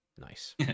Nice